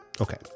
Okay